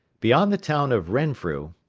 beyond the town of renfrew,